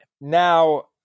Now